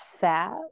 fat